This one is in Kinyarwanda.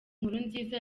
nkurunziza